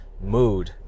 mood